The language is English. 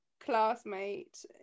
classmate